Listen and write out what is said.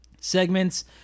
Segments